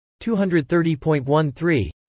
230.13